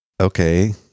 Okay